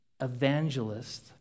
evangelist